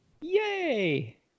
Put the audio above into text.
Yay